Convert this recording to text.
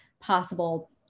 possible